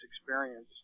experience